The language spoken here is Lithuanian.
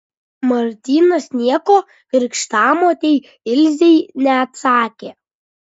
martynas nieko krikštamotei ilzei neatsakė